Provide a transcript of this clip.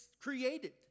created